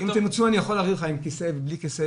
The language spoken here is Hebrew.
אם תרצו אני יכול להביא לכם עם כיסא ובלי כיסא,